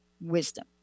wisdom